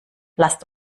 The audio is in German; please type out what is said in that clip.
lasst